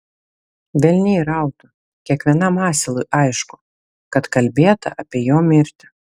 velniai rautų kiekvienam asilui aišku kad kalbėta apie jo mirtį